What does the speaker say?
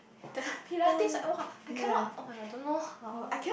the pilates !wah! I cannot oh-my-god don't know how